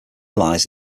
lies